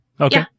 Okay